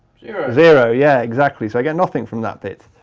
zero zero, yeah, exactly. so i get nothing from that bit.